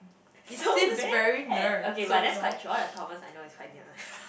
so bad okay okay but that's quite true all the Thomas I know is quite new one ah